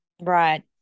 Right